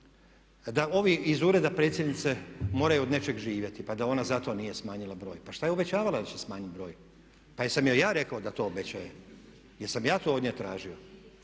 da ovi iz ureda predsjednice moraju od nečega živjeti pa da ona zato nije smanjila broj. Pa što je obećavala da će smanjiti broj? Pa jesam joj ja rekao da to obećaje? Jesam ja to od nje tražio?